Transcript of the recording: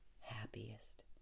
happiest